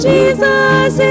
Jesus